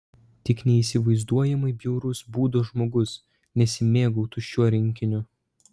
tik neįsivaizduojamai bjauraus būdo žmogus nesimėgautų šiuo rinkiniu